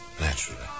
naturally